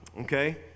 Okay